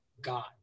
god